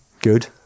good